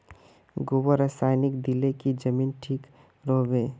गोबर रासायनिक दिले की जमीन ठिक रोहबे?